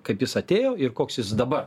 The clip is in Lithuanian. kad jis atėjo ir koks jis dabar